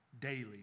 daily